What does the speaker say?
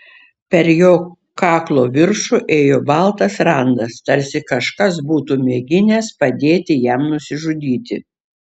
per jo kaklo viršų ėjo baltas randas tarsi kažkas būtų mėginęs padėti jam nusižudyti